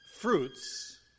fruits